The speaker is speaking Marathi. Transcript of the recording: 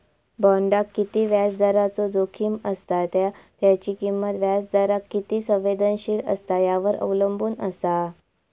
बॉण्डाक किती व्याजदराचो जोखीम असता त्या त्याची किंमत व्याजदराक किती संवेदनशील असता यावर अवलंबून असा